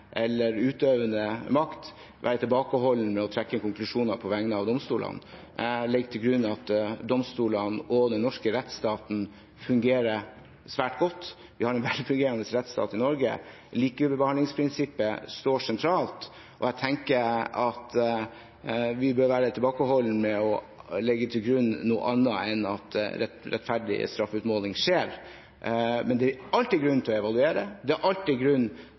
eller i utøvende makt, være tilbakeholdne med å trekke konklusjoner på vegne av domstolene. Jeg legger til grunn at domstolene og den norske rettsstaten fungerer svært godt. Vi har en velfungerende rettsstat i Norge, likebehandlingsprinsippet står sentralt, og jeg tenker at vi bør være tilbakeholdne med å legge til grunn noe annet enn at rettferdig straffeutmåling skjer. Men det er alltid grunn til å evaluere, det er alltid grunn